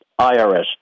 IRS